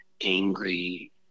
angry